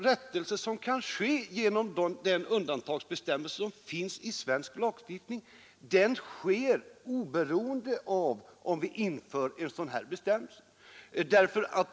————— rättelser som kan ske genom den undantagsbestämmelse som finns i Överlastavgift svensk lagstiftning sker oberoende av om man inför en sådan bestämmelse eller inte.